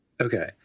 Okay